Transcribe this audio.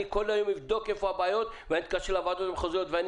אני כל היום אבדוק איפה הבעיות ואני אתקשר לוועדות המחוזיות ואני